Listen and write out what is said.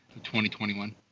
2021